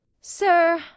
sir